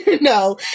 No